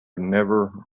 never